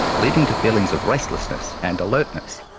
leading to feelings of restlessness and alertness.